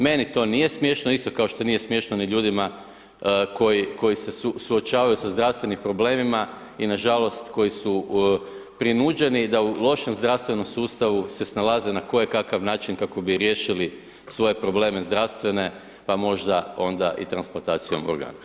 Meni to nije smiješno isto kao što nije smiješno ni ljudima koji se suočavaju sa zdravstvenim problemima i nažalost koji su prinuđeni da u lošem zdravstvenom sustavu se snalaze na koje kakav način kako bi riješili svoje probleme zdravstvene pa možda onda i transplantacijom organa.